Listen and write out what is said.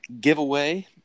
giveaway